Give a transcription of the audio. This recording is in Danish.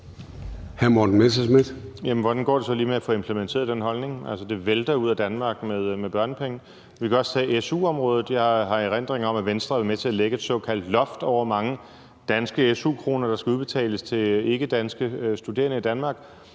Hvordan går det så lige med at få implementeret den holdning? Det vælter ud af Danmark med børnepenge. Vi kan også tage su-området. Jeg har erindring om, at Venstre har været med til at lægge et såkaldt loft over, hvor mange danske su-kroner der skal udbetales til ikkedanske studerende i Danmark.